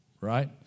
Right